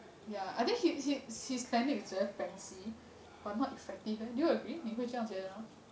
ya I think his his technique is very fancy but not effective eh do you agree 你会这样觉得吗